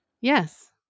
Yes